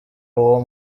uwo